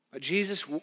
Jesus